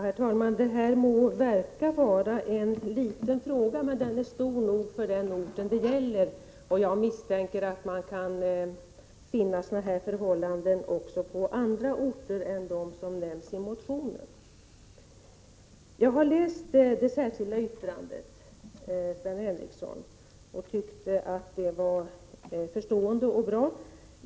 Herr talman! Det här kan tyckas vara en liten fråga, men den är stor nog för den ort det gäller, och jag misstänker att man kan finna liknande förhållanden också på andra orter än dem som nämnts i motionen. Jag har läst det särskilda yttrandet, Sven Henricsson, och tyckt att det var förstående och bra.